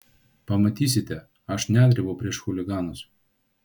pamatysite aš nedrebu prieš chuliganus